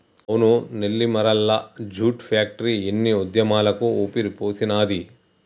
అవును Nellimarla jute factory ఎన్నో ఉద్యమాలకు ఊపిరిపోసినాది